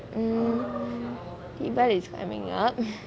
mm deepavali is coming up